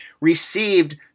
received